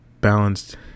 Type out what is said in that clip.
balanced